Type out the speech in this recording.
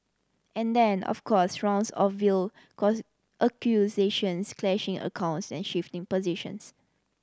and then of course rounds of veiled accusations clashing accounts and shifting positions